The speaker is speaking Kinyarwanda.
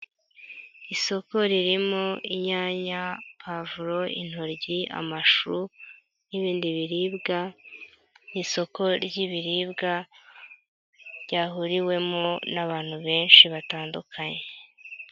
Isoko ririmo inyanya, pavuro, intoryi, amashu n'ibindi biribwa ni isoko ry'ibiribwa ryahuriwemo n'abantu benshi batandukanye.